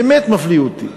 באמת מפליא אותי.